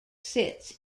sits